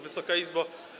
Wysoka Izbo!